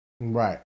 Right